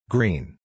Green